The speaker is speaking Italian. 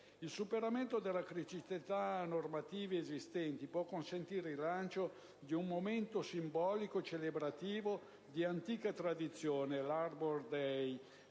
Il superamento delle criticità normative esistenti può consentire il rilancio di un momento simbolico e celebrativo di antica tradizione - l'«*Arbor Day*»